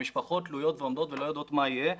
המשפחות תלויות ועומדות ולא יודעות מה יהיה,